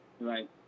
Right